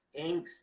angst